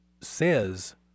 says